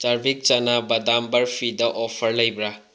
ꯆꯥꯔꯕꯤꯛ ꯆꯅꯥ ꯕꯥꯗꯥꯝ ꯕꯔꯐꯤꯗ ꯑꯣꯐꯔ ꯂꯩꯕ꯭ꯔꯥ